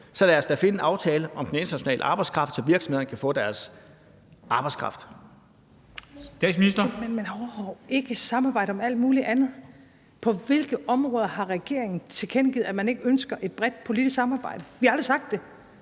så lad os da finde en aftale om den internationale arbejdskraft, så virksomhederne kan få deres arbejdskraft.